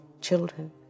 children